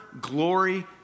glory